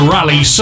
Rally